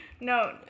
no